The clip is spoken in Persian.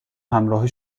همراه